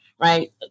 Right